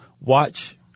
watch